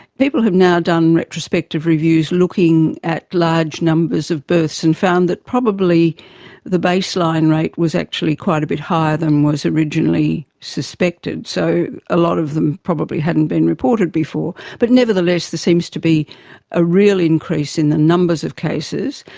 people have now done retrospective reviews looking at large numbers of births and found that probably the baseline rate was actually quite a bit higher than was originally suspected. so a lot of them probably hadn't been reported before. but nevertheless there seems to be a real increase in the numbers of cases,